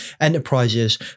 enterprises